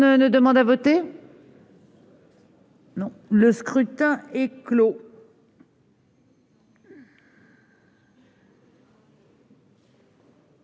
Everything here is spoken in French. demande plus à voter ?... Le scrutin est clos.